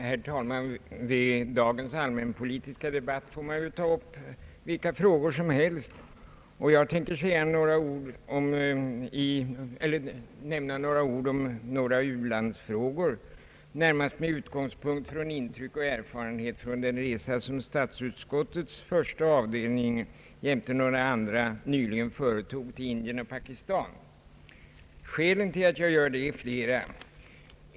Herr talman! I dagens allmänpolitiska debatt får man ju ta upp vilka frågor som helst. Jag ämnar säga några ord om ett par u-landsfrågor, närmast med utgångspunkt från intryck och erfarenheter från den resa som statsutskottets första avdelning jämte några andra nyligen företog till Indien och Pakistan. Skälen till att jag gör det är flera.